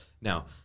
Now